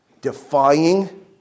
defying